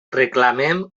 reclamem